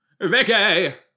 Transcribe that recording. Vicky